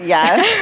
Yes